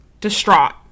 distraught